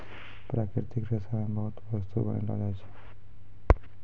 प्राकृतिक रेशा से बहुते बस्तु बनैलो जाय छै